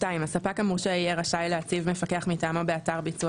הספק המורשה יהיה רשאי להציב מפקח מטעמו באתר ביצוע